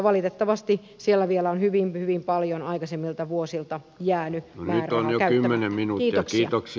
valitettavasti siellä vielä on hyvin hyvin paljon aikaisemmilta vuosilta jäänyt määrärahaa käyttämättä